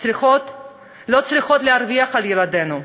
לא צריכות להרוויח על ילדינו.